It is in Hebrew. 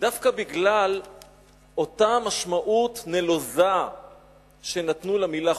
דווקא בגלל אותה משמעות נלוזה שנתנו למלה "חופש".